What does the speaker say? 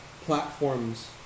platforms